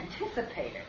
anticipated